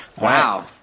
Wow